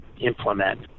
implement